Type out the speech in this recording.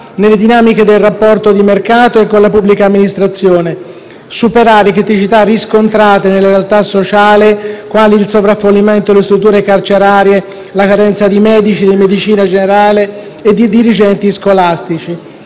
nelle dinamiche del rapporto di mercato e con la pubblica amministrazione, nonché criticità riscontrate nella realtà sociale quali il sovraffollamento delle strutture carcerarie, la carenza di medici di medicina generale e di dirigenti scolastici;